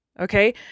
Okay